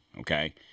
okay